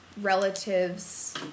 relatives